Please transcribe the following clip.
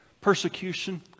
persecution